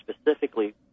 specifically